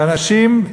שאנשים,